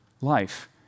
life